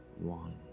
one